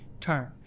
turn